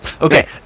Okay